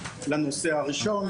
לבריאות האישה,